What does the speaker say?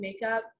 makeup